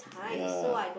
ya